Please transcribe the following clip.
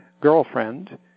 girlfriend